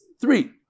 Three